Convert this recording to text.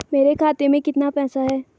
मेरे खाते में कितना पैसा है?